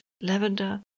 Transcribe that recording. lavender